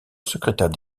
secrétaire